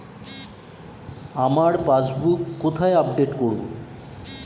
আমার পাসবুক কোথায় আপডেট করব?